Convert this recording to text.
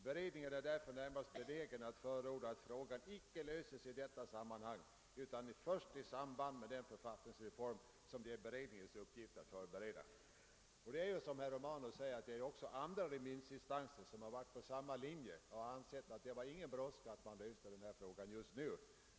Beredningen är därför närmast benägen att förorda att frågan icke löses i detta sammanhang utan först i samband med den författningsreform, som det är beredningens uppgift att förbereda.» Som herr Romanus sagt har även andra instanser varit inne på samma linje och ansett, att det inte är någon brådska med att lösa frågan just nu.